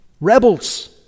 rebels